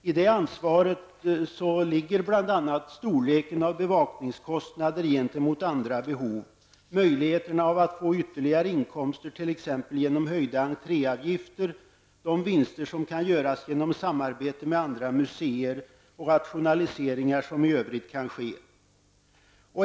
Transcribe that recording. I det ansvaret ligger bl.a. storleken av bevakningskostnaderna gentemot andra behov, möjligheterna att få ytterligare inkomster med hjälp av höjda entréavgifter, de vinster som kan göras genom samarbete med andra museer och rationaliseringar som i övrigt kan ske.